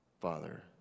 Father